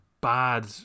bad